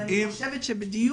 אני חושבת שנתנו ממש דגש כל התקופה